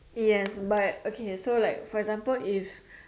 yes but okay so like for example if